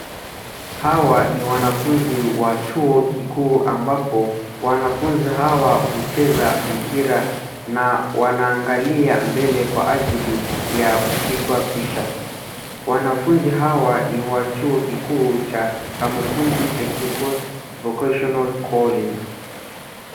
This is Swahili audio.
Hawa ni wanafunzi wa chuo kikuu ambapo wanafunzi hawa hucheza mpira, na wanaangalia mbele kwa ajili ya kupigwa picha. Wanafunzi hawa ni wa chuo kikuu cha Kamukunji Technical Vocational College.